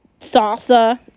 salsa